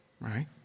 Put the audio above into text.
right